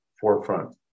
forefront